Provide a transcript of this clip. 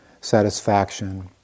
satisfaction